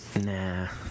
Nah